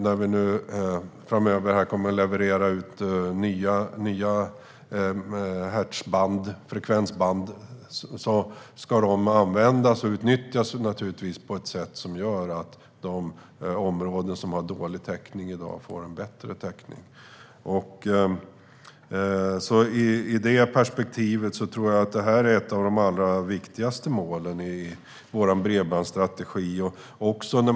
När vi framöver kommer att leverera ut nya frekvensband ska de naturligtvis användas och utnyttjas på ett sätt som gör att de områden som i dag har dålig täckning får bättre täckning. I det perspektivet tror jag att det här är ett av de allra viktigaste målen i vår bredbandsstrategi.